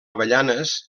avellanes